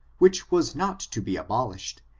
which was not to be abolished,